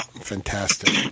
Fantastic